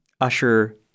usher